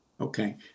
Okay